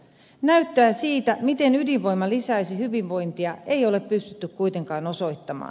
näyttöä siitä miten ydinvoima lisäisi hyvinvointia ei ole pystytty kuitenkaan osoittamaan